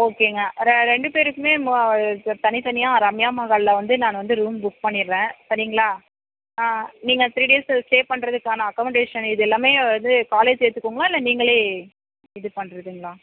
ஓகேங்க ரெ ரெண்டு பேருக்குமே தனித்தனியாக ரம்யா மஹாலில் வந்து நான் வந்து ரூம் புக் பண்ணிர்றன் சரிங்களா ஆ நீங்கள் த்ரீ டேஸ்சு ஸ்டே பண்ணுறதுக்கான அக்கமடேஷன் இது எல்லாமே இது காலேஜ் எடுக்குத்துக்குங்களா இல்லை நீங்களே இது பண்ணுறதுங்ளா